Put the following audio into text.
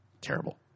Terrible